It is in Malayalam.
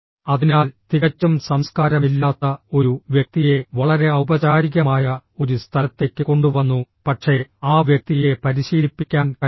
അതിനാൽ തികച്ചും സംസ്കാരമില്ലാത്ത ഒരു വ്യക്തിയെ വളരെ ഔപചാരികമായ ഒരു സ്ഥലത്തേക്ക് കൊണ്ടുവന്നു പക്ഷേ ആ വ്യക്തിയെ പരിശീലിപ്പിക്കാൻ കഴിയും